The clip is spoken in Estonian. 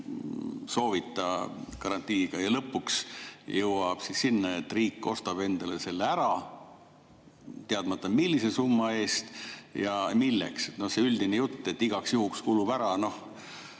soovita, [garantiita], ja lõpuks jõutakse sinna, et riik ostab endale selle ära, teadmata, millise summa eest ja milleks. See üldine jutt, et igaks juhuks kulub ära –